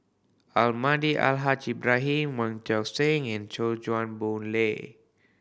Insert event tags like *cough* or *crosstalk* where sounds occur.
Almahdi Al Haj Ibrahim Wong *unintelligible* Seng and *unintelligible* Chuan Boon Lay